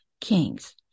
kings